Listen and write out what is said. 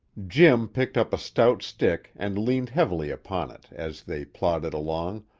jim picked up a stout stick and leaned heavily upon it as they plodded along,